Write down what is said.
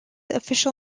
official